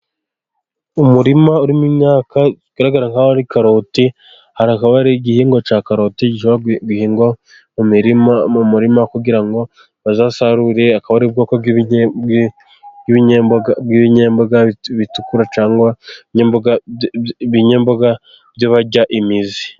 Umurima urimo imyaka bigaragara nk'aho ari karoti, hakaba igihingwa cya karoti gihingwa mu mirima mu murima kugira ngo bazasarure, akaba ari ubwoko bw'ibinyemboga bitukura cyangwa ibinyemboga byo barya imizi.